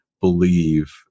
believe